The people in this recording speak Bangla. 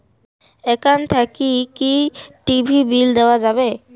একাউন্ট থাকি কি টি.ভি বিল দেওয়া যাবে?